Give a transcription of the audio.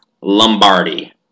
Lombardi